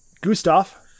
Gustav